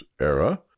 era